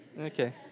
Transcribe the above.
Okay